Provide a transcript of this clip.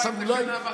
איפה היית שנה וחצי?